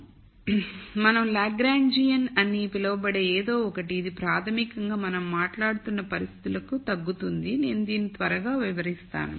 కాబట్టి మనం లాగ్రాంజియన్ అని పిలవబడే ఏదో ఒకటి ఇది ప్రాథమికంగా మనం మాట్లాడుతున్న పరిస్థితులకు తగ్గుతుంది నేను దీన్ని త్వరగా వివరిస్తాను